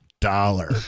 dollar